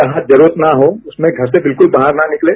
जहां जरूरत न हो उसमें घर से बिल्कुल बाहर न निकलें